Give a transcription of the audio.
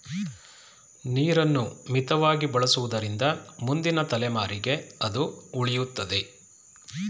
ನೀರನ್ನು ಮಿತವಾಗಿ ಬಳಸುವುದರಿಂದ ಮುಂದಿನ ತಲೆಮಾರಿಗೆ ಅದು ಉಳಿಯುತ್ತದೆ